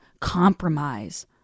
compromise